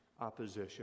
opposition